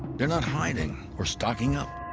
they're not hiding or stocking up.